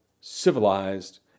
civilized